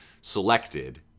selected